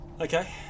Okay